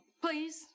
Please